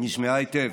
נשמעה היטב,